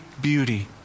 beauty